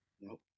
Nope